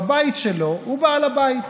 בבית שלו, הוא בעל הבית.